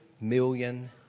million